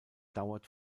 dauert